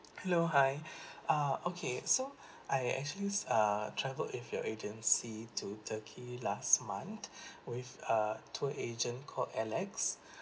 hello hi uh okay so I actually uh traveled with your agency to turkey last month with uh tour agent called alex